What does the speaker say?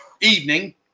evening